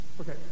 Okay